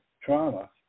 trauma